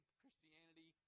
Christianity